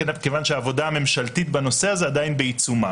כיוון שהעבודה הממשלתית בנושא הזה עדיין בעיצומה,